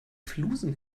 flusen